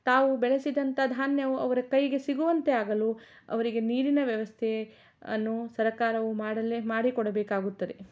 ತಾವು ಬೆಳೆಸಿದಂತ ಧಾನ್ಯವು ಅವರ ಕೈಗೆ ಸಿಗುವಂತೆ ಆಗಲು ಅವರಿಗೆ ನೀರಿನ ವ್ಯವಸ್ಥೆ ಅನ್ನು ಸರಕಾರವು ಮಾಡಲೇ ಮಾಡಿಕೊಡಬೇಕಾಗುತ್ತದೆ